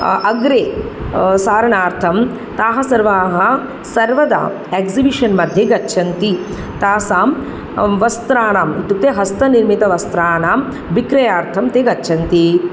अग्रे सारणार्थं ताः सर्वाः सर्वदा एग्ज़िबिषन् मध्ये गच्छन्ति तासां वस्त्राणाम् इत्युक्ते हस्तनिर्मितवस्त्राणां विक्रयणार्थं ते गच्छन्ति